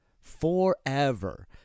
forever